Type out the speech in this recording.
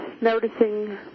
noticing